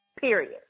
period